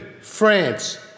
France